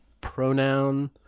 pronoun